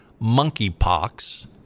monkeypox